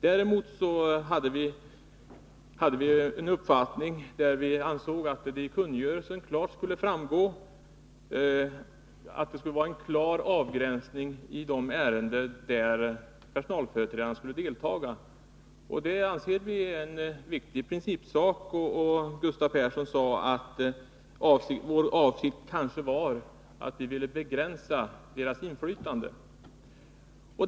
Däremot hade vi den uppfattningen att det i kungörelsen klart skulle framgå att det skulle vara en klar avgränsning av de ärenden där personalföreträdarna skulle få delta. Det anser vi är en viktig principsak. Gustav Persson sade att vår avsikt kanske var att begränsa deras inflytande.